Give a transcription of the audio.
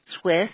Swiss